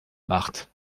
marthe